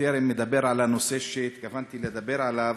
בטרם אדבר על הנושא שהתכוונתי לדבר עליו,